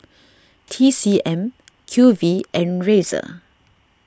T C M Q V and Razer